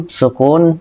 sukun